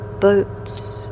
boats